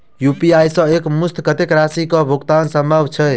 UPI सऽ एक मुस्त कत्तेक राशि कऽ भुगतान सम्भव छई?